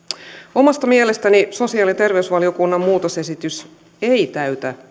omasta mielestäni sosiaali ja terveysvaliokunnan muutosesitys ei täytä